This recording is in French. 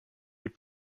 les